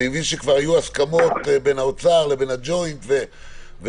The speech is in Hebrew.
אני מבין שהיו כבר הסכמות בין האוצר לבין הג'וינט ואחרים,